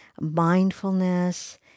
mindfulness